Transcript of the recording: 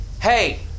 Hey